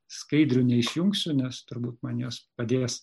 skaidrių neišjungsiu nes turbūt man jps padės